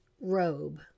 robe